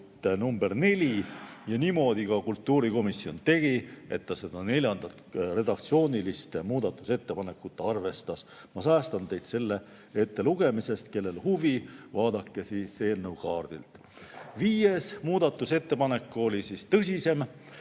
nr 4. Ja niimoodi ka kultuurikomisjon tegi, et ta seda neljandat redaktsioonilist muudatusettepanekut arvestas. Ma säästan teid selle ettelugemisest, kellel huvi, vaadake eelnõu kaardilt. Viies muudatusettepanek oli tõsisem.